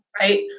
right